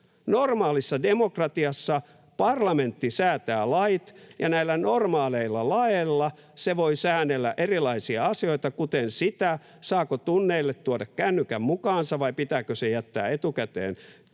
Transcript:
Normaalissa demokratiassa parlamentti säätää lait, ja näillä normaaleilla laeilla se voi säännellä erilaisia asioita, kuten sitä, saako tunneille tuoda kännykän mukaansa vai pitääkö se jättää etukäteen luokan